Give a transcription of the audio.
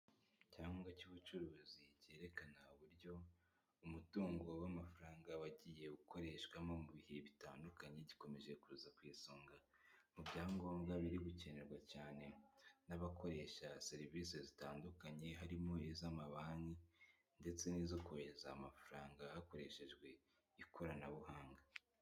Icyangombwa cy'ubucuruzi cyerekana uburyo umutungo w'amafaranga wagiye ukoreshwamo mu bihe bitandukanye gikomeje kuza ku isonga mu byangombwa biri gukenerwa cyane n'abakoresha serivisi zitandukanye harimo iz'amabanki ndetse n'izo kohereza amafaranga hakoreshejwe ikoranabuhanga.